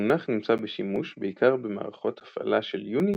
המונח נמצא בשימוש בעיקר במערכות הפעלה של יוניקס,